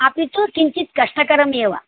अपि तु किञ्चित् कष्टकरमेव